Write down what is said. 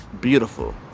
beautiful